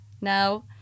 Now